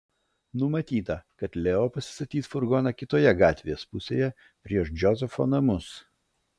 numatyta kad leo pasistatys furgoną kitoje gatvės pusėje prieš džozefo namus